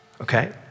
Okay